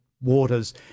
waters